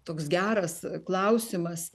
toks geras klausimas